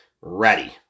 Ready